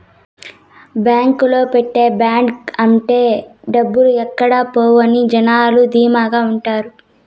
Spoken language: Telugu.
బాంకులో పెట్టే బాండ్ ఉంటే డబ్బులు ఎక్కడ పోవు అని జనాలు ధీమాగా ఉంటారు